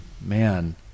man